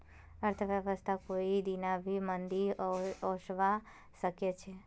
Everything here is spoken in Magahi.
अर्थव्यवस्थात कोई दीना भी मंदी ओसवा सके छे